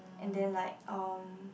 and then like um